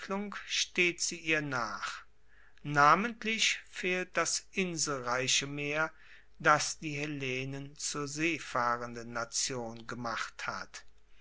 steht sie ihr nach namentlich fehlt das inselreiche meer das die hellenen zur seefahrenden nation gemacht hat